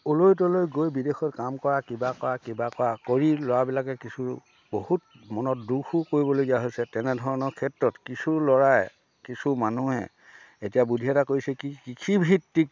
অ'লৈ ত'লৈ গৈ বিদেশত কাম কৰা কিবা কৰা কিবা কৰা কৰি ল'ৰাবিলাকে কিছু বহুত মনত দুখো কৰিবলগীয়া হৈছে তেনেধৰণৰ ক্ষেত্ৰত কিছু ল'ৰাই কিছু মানুহে এতিয়া বুদ্ধি এটা কৰিছে কি কৃষিভিত্তিক